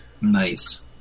Nice